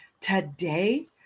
Today